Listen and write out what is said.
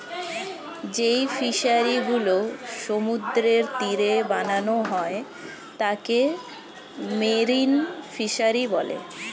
যেই ফিশারি গুলো সমুদ্রের তীরে বানানো হয় তাকে মেরিন ফিসারী বলে